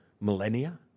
millennia